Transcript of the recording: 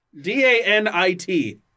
D-A-N-I-T